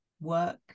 work